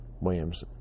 Williams